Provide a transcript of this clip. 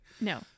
No